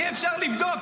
אי-אפשר לבדוק.